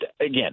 again